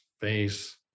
face